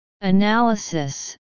Analysis